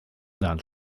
lernt